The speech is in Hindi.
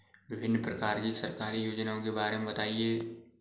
विभिन्न प्रकार की सरकारी योजनाओं के बारे में बताइए?